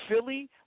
Philly